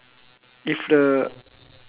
if the